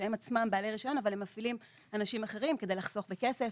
שהם עצמם בעלי רישיון אבל הם מפעילים אנשים אחרים כדי לחסוך בכסף.